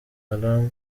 haram